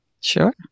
sure